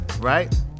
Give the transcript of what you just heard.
right